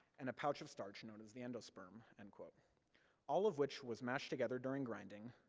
and a pouch of starch known as the endosperm, and all of which was mashed together during grinding,